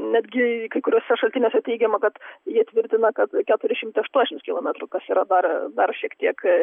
netgi kai kuriuose šaltiniuose teigiama kad jie tvirtina kad keturi šimtai aštuoniasdešimt kilometrų kas yra dar dar šiek tiek